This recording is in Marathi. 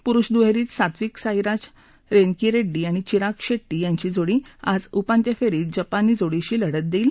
पुरुष दुहेरीत सात्विकसाईराज रेन्कीरेड्डी आणि चिराग शेट्टी यांची जोड़ी आज उपांत्य फेरीत जपानी जोड़ीशी लढत देईल